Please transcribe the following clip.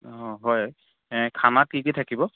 অঁ হয় খানাত কি কি থাকিব